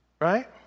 right